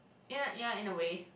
ya ya in a way